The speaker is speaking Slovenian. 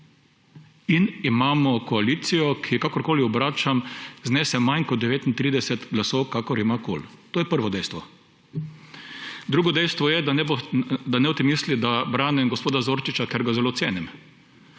In imamo koalicijo, ki ji, kakorkoli obračam, znese manj kot 39 glasov, kot jih ima KUL. To je prvo dejstvo. Drugo dejstvo je, da ne boste mislili, da branim gospoda Zorčiča, ker ga zelo cenim.